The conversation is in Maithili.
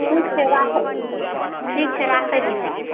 ठीक छै राख ठीक छै राखैत छी तब